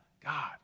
God